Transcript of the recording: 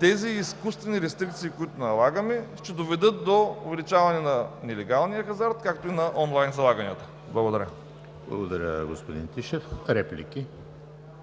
тези изкуствени рестрикции, които налагаме, ще доведат до увеличаване на нелегалния хазарт, както и на онлайн залаганията. Благодаря. ПРЕДСЕДАТЕЛ ЕМИЛ ХРИСТОВ: Благодаря, господин Тишев. Реплики?